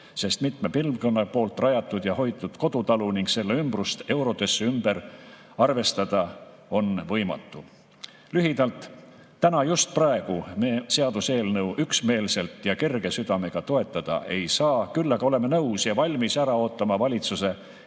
rahas? Mitme põlvkonna rajatud ja hoitud kodutalu ning selle ümbrust eurodesse ümber arvestada on võimatu. Lühidalt: täna, just praegu me seaduseelnõu üksmeelselt ja kerge südamega toetada ei saa, küll aga oleme nõus ja valmis ära ootama valitsuse